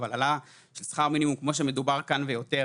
אבל העלאה של שכר המינימום כמו שמדובר כאן ויותר